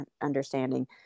understanding